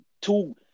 two